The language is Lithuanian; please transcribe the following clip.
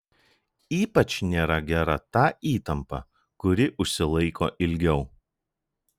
ypač nėra gera ta įtampa kuri užsilaiko ilgiau